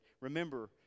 remember